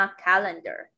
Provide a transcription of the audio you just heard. calendar